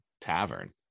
tavern